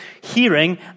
hearing